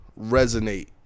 Resonate